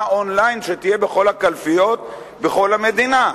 און-ליין שתהיה בכל הקלפיות בכל המדינה,